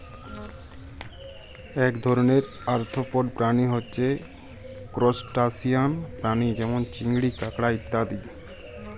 এক ধরণের আর্থ্রপড প্রাণী হচ্যে ত্রুসটাসিয়ান প্রাণী যেমল চিংড়ি, কাঁকড়া ইত্যাদি